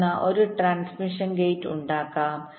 അടങ്ങുന്ന ഒരു transmission gate ഉണ്ടായിരിക്കാം